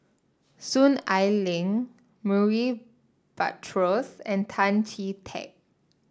Soon Ai Ling Murray Buttrose and Tan Chee Teck